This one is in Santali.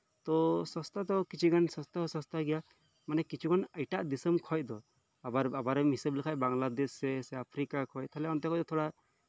ᱛᱚ ᱥᱚᱥᱛᱟ ᱫᱚ ᱠᱤᱪᱷᱩ ᱜᱟᱱ ᱥᱚᱥᱛᱟᱣᱟ ᱜᱮᱭᱟ ᱢᱟᱱᱮ ᱠᱤᱪᱷᱩ ᱜᱟᱱ ᱮᱴᱟᱜ ᱫᱤᱥᱚᱢ ᱠᱷᱚᱱ ᱫᱚ ᱟᱵᱟᱨ ᱟᱵᱟᱨ ᱮᱢ ᱦᱤᱥᱟᱹᱵᱽ ᱞᱮᱠᱷᱟᱱ ᱵᱟᱝᱞᱟᱫᱮᱥ ᱥᱮ ᱟᱯᱷᱯᱷᱨᱤᱠᱟ ᱠᱚᱨᱮᱫ ᱛᱟᱦᱞᱮ ᱚᱱᱛᱮᱦᱚᱸ ᱡᱷᱚᱛᱚ ᱛᱷᱚᱲᱟ